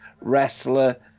wrestler